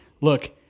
look